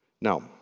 Now